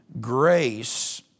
Grace